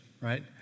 right